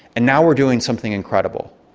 and now we're doing something incredible.